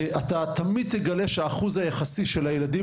ואתה תמיד תגלה שהאחוז היחסי של הילדים